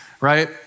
right